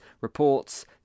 reports